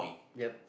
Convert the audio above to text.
yup